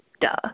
duh